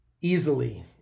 easily